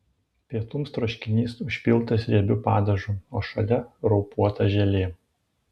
pietums troškinys užpiltas riebiu padažu o šalia raupuota želė